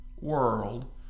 world